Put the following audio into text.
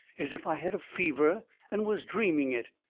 as if i had a fever and was dreaming it.